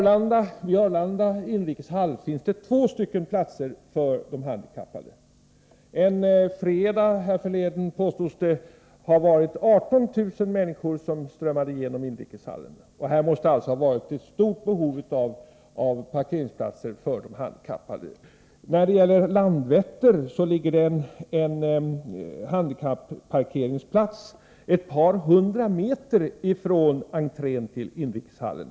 Vid Arlanda inrikeshall finns två parkeringsplatser för handikappade. En fredag härförleden påstods det ha varit 18000 människor som strömmade igenom inrikeshallen. Det måste alltså ha funnits ett stort behov av parkeringsplatser för handikappade. Vid Landvetter ligger en parkeringsplats för handikappade ett par hundra meter ifrån entrén till inrikeshallen.